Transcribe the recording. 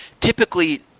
typically